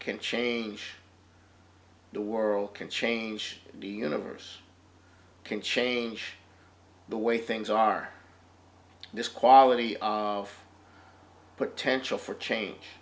can change the world can change the universe can change the way things are this quality of potential for change